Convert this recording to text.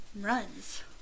runs